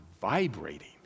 vibrating